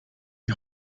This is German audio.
die